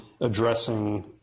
addressing